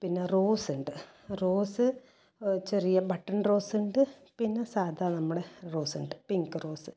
പിന്ന റോസ് ഉണ്ട് റോസ് ചെറിയ ബട്ടൻ റോസ് ഉണ്ട് പിന്നെ സാദാ നമ്മുടെ റോസ് ഉണ്ട് പിങ്ക് റോസ്